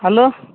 hello